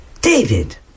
David